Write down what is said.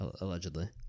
Allegedly